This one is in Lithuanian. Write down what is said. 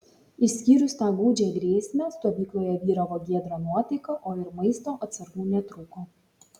išskyrus tą gūdžią grėsmę stovykloje vyravo giedra nuotaika o ir maisto atsargų netrūko